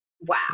wow